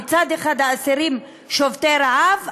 מצד אחד האסירים שובתים רעב,